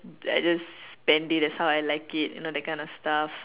I just spend it as how I like it you know that kind of stuff